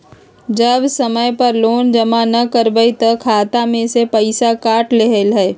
जब समय पर लोन जमा न करवई तब खाता में से पईसा काट लेहई?